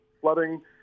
flooding